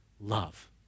love